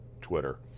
Twitter